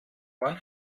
wann